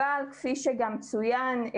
כפי שגם צוין,